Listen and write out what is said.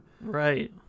Right